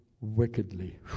wickedly